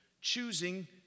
choosing